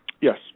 Yes